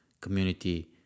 community